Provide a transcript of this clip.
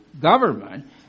government